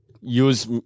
Use